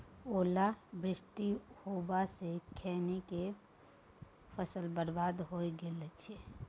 ओला वृष्टी होबा स खैनी के फसल बर्बाद भ गेल अछि?